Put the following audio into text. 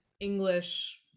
English